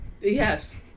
Yes